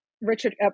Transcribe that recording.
Richard